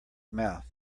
mouth